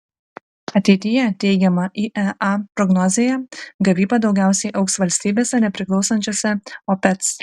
ateityje teigiama iea prognozėje gavyba daugiausiai augs valstybėse nepriklausančiose opec